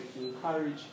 encourage